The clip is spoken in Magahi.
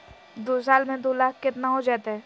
दू साल में दू लाख केतना हो जयते?